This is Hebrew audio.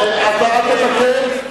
חבר הכנסת בר-און.